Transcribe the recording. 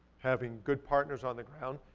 having good partners on the ground,